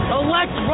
elect